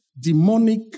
demonic